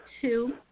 two